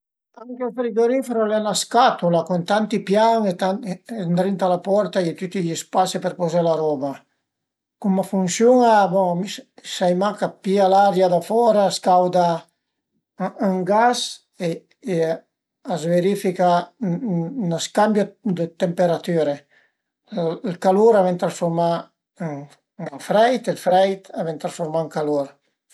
Alura ël frigorifero al e 'na scatula cun tanti pian e ëndrinta a la porta a ie tüti i spasi për puzé la roba. Cum a funsiun-a, mi sai mach ch'a pìa l'aria da fora, a scauda ën gas e a s'verifica ün scambio dë temperatüre. Ël calur a ven trasfurmà ën freit e ël freit a ven trasfurmà ën calur.